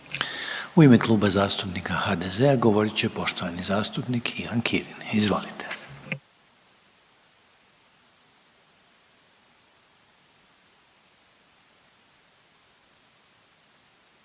U ime Kluba zastupnika HDZ-a govorit će poštovani zastupnik Ivan Kirin. Izvolite.